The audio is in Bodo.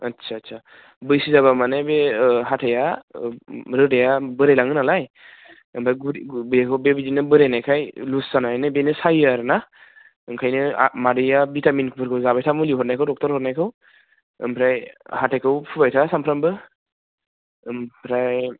आस्सा आस्सा बैसो जाब्ला माने बे हाथाइआ रोदाया बोराय लाङो नालाय ओमफ्राय गुदि बेबो बे बिदिनो बोरायनायखाय लुस जानानै बेनो सायो आरो ना ओंखायनो मादैया भिटामिनफोरखौ जाबाय था मुलि हरनायखौ ड'क्टर हरनायखौ ओमफ्राय हाथाइखौबो फुबाय था सानफ्रामबो ओमफ्राय